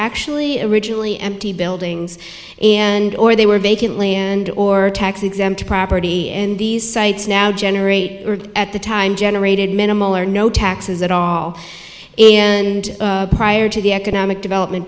actually originally empty buildings and or they were vacant land or tax exempt property and these sites now generate at the time generated minimal or no taxes at all and prior to the economic development